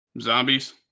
zombies